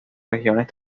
regiones